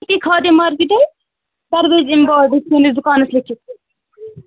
ییٚتِی Khadi market حظ قادر ایمبٲرڈز سٲنِس دُکانَس لیٚکھِتھ